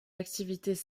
activités